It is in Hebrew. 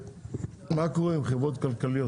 מה קורה על חברות כלכליות,